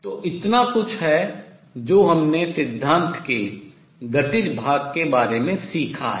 तो इतना कुछ है जो हमने सिद्धांत के गतिज भाग के बारे में सीखा है